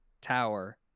tower